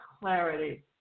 clarity